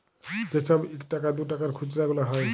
যে ছব ইকটাকা দুটাকার খুচরা গুলা হ্যয়